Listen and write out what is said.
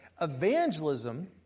evangelism